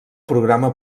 programa